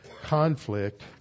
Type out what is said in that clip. conflict